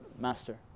master